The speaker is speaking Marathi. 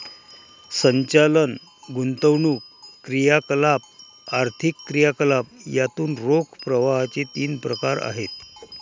संचालन, गुंतवणूक क्रियाकलाप, आर्थिक क्रियाकलाप यातून रोख प्रवाहाचे तीन प्रकार आहेत